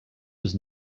was